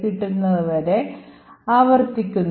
കിട്ടുന്നത് വരെ ആവർത്തിക്കുന്നു